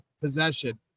possession